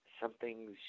something's